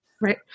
Right